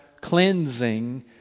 cleansing